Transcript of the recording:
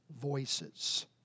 voices